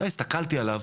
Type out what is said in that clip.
הסתכלתי עליו,